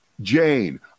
Jane